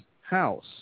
house